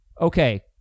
Okay